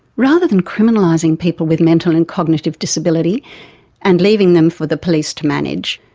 rather than criminalizing people with mental and cognitive disability and leaving them for the police to manage,